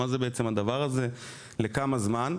מה זה בעצם הדבר הזה ולכמה זמן.